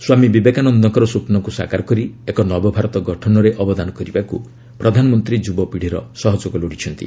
ସ୍ୱାମୀ ବିବେକାନନ୍ଦଙ୍କର ସ୍ୱପ୍ନକୁ ସାକାର କରି ଏକ ନବଭାରତ ଗଠନରେ ଅବଦାନ କରିବାକୁ ପ୍ରଧାନମନ୍ତ୍ରୀ ଯୁବପିଢ଼ିର ସହଯୋଗ ଲୋଡ଼ିଛନ୍ତି